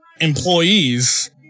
employees